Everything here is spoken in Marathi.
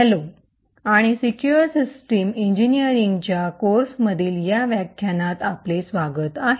हॅलो आणि सिक्युर सिस्टम इंजिनीअरिंगच्या कोर्समधील या व्याख्यानात आपले स्वागत आहे